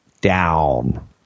down